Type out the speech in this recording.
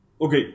okay